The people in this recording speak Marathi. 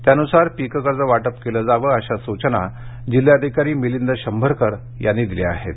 त्यानुसार पीक कर्ज वाटप केले जावे अशा सूचना जिल्हाधिकारी मिलिंद शंभरकर यांनी दिल्या होत्या